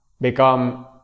become